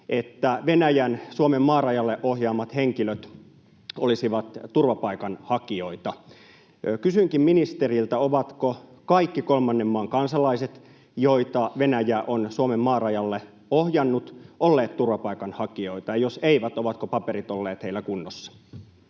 että Venäjän Suomen-maarajalle ohjaamat henkilöt olisivat turvapaikanhakijoita. Kysynkin ministeriltä: ovatko kaikki kolmannen maan kansalaiset, joita Venäjä on Suomen maarajalle ohjannut, olleet turvapaikanhakijoita, ja jos eivät, ovatko paperit olleet heillä kunnossa?